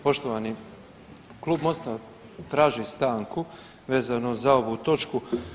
Poštovani klub MOST-a traži stanku vezano za ovu točku.